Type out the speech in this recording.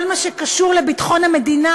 כל מה שקשור לביטחון המדינה,